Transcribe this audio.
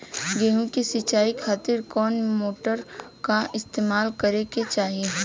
गेहूं के सिंचाई खातिर कौन मोटर का इस्तेमाल करे के चाहीं?